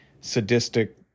sadistic